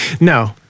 No